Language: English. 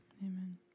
Amen